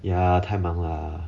ya 太忙 lah